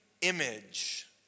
image